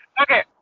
okay